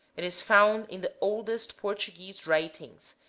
it is found in the oldest portuguese writings,